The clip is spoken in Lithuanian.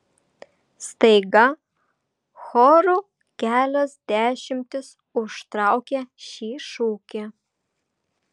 staiga choru kelios dešimtys užtraukia šį šūkį